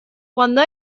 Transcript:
cuando